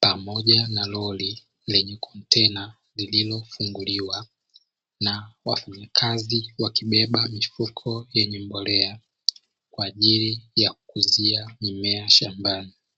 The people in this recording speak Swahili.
pamoja na lori lenye kontena lililofungulliwa na wafanyakazi wakibeba mifuko yenye mbolea kwaajili ya kukuzia mimea shambani.